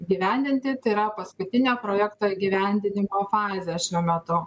įgyvendinti tai yra paskutinė projekto įgyvendinimo fazė šiuo metu